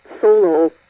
solo